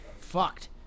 Fucked